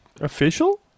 Official